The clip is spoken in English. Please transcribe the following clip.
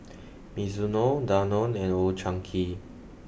Mizuno Danone and Old Chang Kee